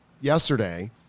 yesterday